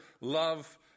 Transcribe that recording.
love